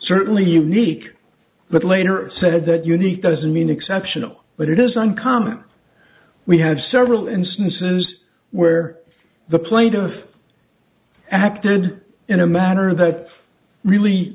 certainly unique but later said that unique doesn't mean exceptional but it is uncommon we had several instances where the plaintiff and acted in a manner that really